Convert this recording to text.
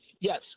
Yes